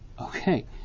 okay